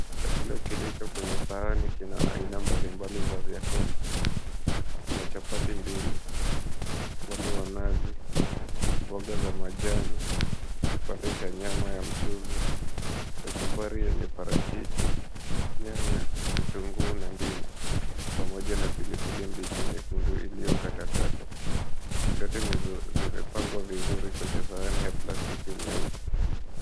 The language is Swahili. Chakula kilicho kwenye sahani kina aina mbalimbali za vyakula. Kuna chapati mbili, wali wa nazi, mboga za majani, kipande cha nyama ya mchuzi, kachumbari yenye parachichi, nyanya, kitunguu na ndimu pamoja na pilipili mbichi nyekundu iliokatwa katwa. Vyote vimepangwa vizuri kwenye sahani ya plastiki nyeupe.